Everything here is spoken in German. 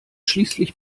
schließlich